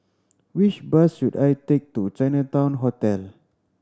which bus should I take to Chinatown Hotel